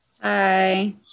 hi